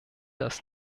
das